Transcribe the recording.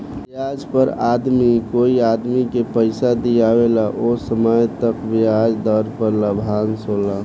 ब्याज पर आदमी कोई भी आदमी के पइसा दिआवेला ओ समय तय ब्याज दर पर लाभांश होला